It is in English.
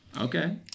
Okay